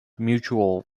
mutual